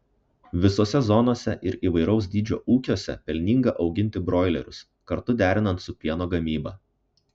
visose zonose ir įvairaus dydžio ūkiuose pelninga auginti broilerius kartu derinant su pieno gamyba